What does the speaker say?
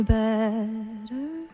better